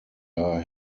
are